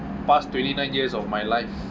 past twenty-nine years of my life